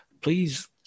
please